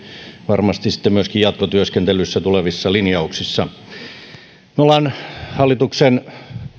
varmasti sitten myöskin jatkotyöskentelyssä tulevissa linjauksissa me olemme hallituksen